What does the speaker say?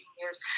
years